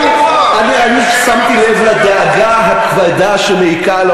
אני שמתי לב לדאגה הכבדה שמעיקה על